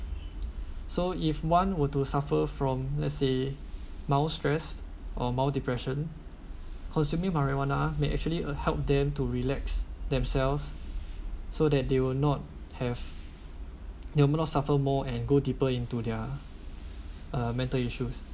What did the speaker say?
so if one were to suffer from let's say mild stress or mild depression consuming marijuana may actually help them to relax themselves so that they will not have numerous suffer more and go deeper into their uh mental issues